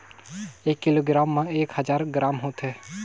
एक किलोग्राम म एक हजार ग्राम होथे